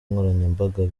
nkoranyambaga